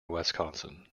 wisconsin